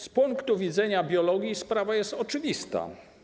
Z punktu widzenia biologii sprawa jest oczywista.